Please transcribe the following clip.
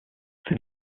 the